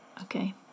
Okay